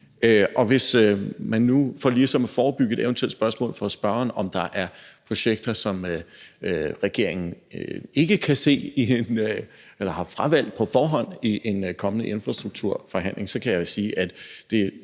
For at forebygge et eventuelt spørgsmål fra spørgeren om, om der er projekter, som regeringen ikke kan se eller på forhånd har fravalgt i en kommende infrastrukturforhandling, kan jeg sige, at det